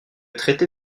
traité